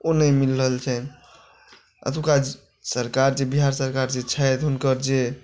ओ नहि मिलि रहल छनि एतुका सरकार जे बिहार सरकार जे छथि हुनकर जे